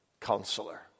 counselor